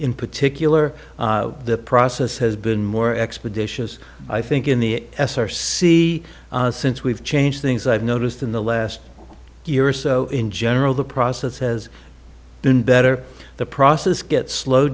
in particular the process has been more expeditious i think in the s r c since we've changed things i've noticed in the last year or so in general the process has been better the process gets slow